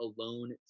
alone